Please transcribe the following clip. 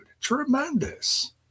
Tremendous